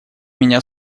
меня